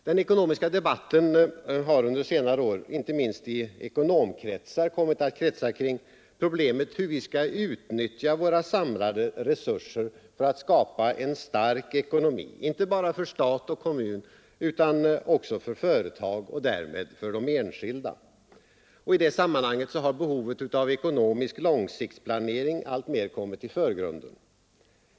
Den ekonomiska debatten har under senare år, inte minst i ekonomkretsar, kommit att kretsa kring problemet hur vi skall utnyttja våra samlade resurser för att skapa en stark ekonomi, inte bara för stat och kommun utan också för företag och därmed för de enskilda. I det sammanhanget har behovet av ekonomisk långsiktsplanering alltmer kommit i förgrunden.